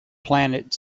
planet